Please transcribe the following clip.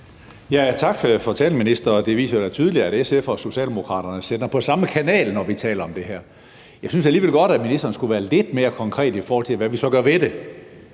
Tak for talen, minister. Den viser jo da tydeligt, at SF og Socialdemokraterne sender på samme kanal, når vi taler om det her. Jeg synes alligevel godt, at ministeren kunne være lidt mere konkret, i forhold til hvad vi så gør ved det.